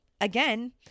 again